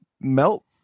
melt